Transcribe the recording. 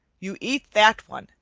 you eat that one,